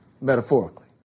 metaphorically